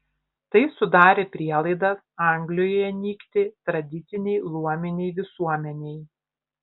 tai sudarė prielaidas anglijoje nykti tradicinei luominei visuomenei